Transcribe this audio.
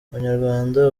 umunyarwanda